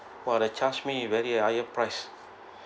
!wow! they charge me very higher price